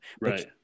Right